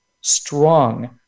strong